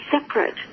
separate